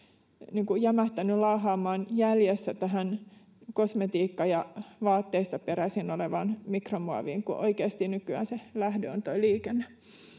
jämähtänyt laahaamaan jäljessä tähän kosmetiikasta ja vaatteista peräisin olevaan mikromuoviin kun oikeasti nykyään lähde on liikenne